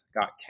got